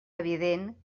evident